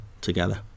together